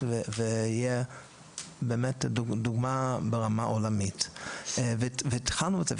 ויהיה ממש דוגמה ברמה עולמית; והתחלנו את זה,